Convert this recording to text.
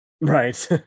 Right